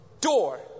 door